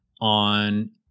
on